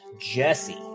jesse